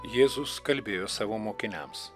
jėzus kalbėjo savo mokiniams